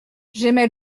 j’émets